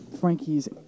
Frankie's